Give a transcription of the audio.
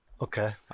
okay